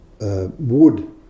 wood